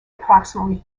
approximately